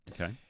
Okay